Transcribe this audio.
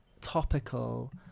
topical